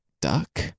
duck